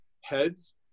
heads